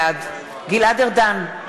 בעד גלעד ארדן,